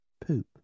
Poop